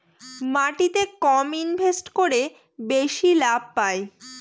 মাটিতে কম ইনভেস্ট করে বেশি লাভ পাই